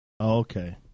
Okay